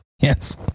Yes